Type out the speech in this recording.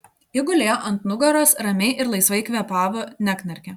ji gulėjo ant nugaros ramiai ir laisvai kvėpavo neknarkė